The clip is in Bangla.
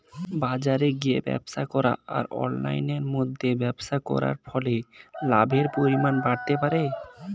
বাজারে গিয়ে ব্যবসা করা আর অনলাইনের মধ্যে ব্যবসা করার ফলে লাভের পরিমাণ বাড়তে পারে?